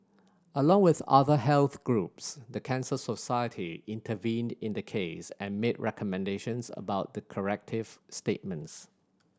along with other health groups the Cancer Society intervened in the case and made recommendations about the corrective statements